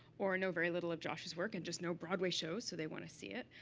or know very little of josh's work and just know broadway shows, so they want to see it.